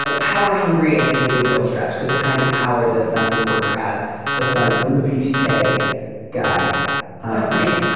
ah power hungry i think is a real stretch because the kind of power that a census worker has aside from the btk guy right